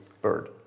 bird